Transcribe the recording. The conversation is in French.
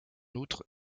outre